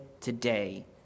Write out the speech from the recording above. today